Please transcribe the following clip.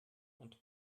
und